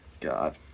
God